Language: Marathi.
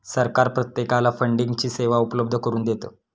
सरकार प्रत्येकाला फंडिंगची सेवा उपलब्ध करून देतं